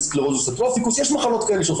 --- יש מחלות כאלה.